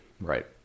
right